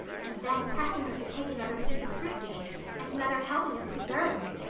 and then pressing her to take another piece of fruit cake and another helping of preserves.